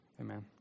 Amen